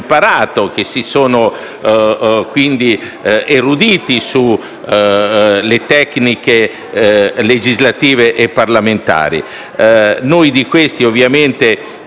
che si sono quindi eruditi sulle tecniche legislative e parlamentari; di questo ovviamente